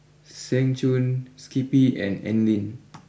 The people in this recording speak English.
Seng Choon Skippy and Anlene